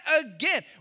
again